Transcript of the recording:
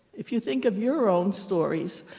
if you think of your own stories,